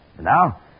Now